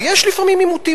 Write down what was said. ויש לפעמים עימותים,